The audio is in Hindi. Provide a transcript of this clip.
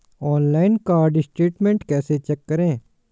ऑनलाइन कार्ड स्टेटमेंट कैसे चेक करें?